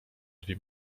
dwie